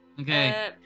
Okay